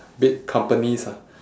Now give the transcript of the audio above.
big companies ah